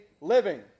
living